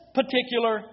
particular